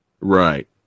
right